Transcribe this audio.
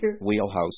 wheelhouse